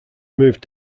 moved